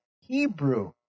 Hebrew